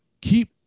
keep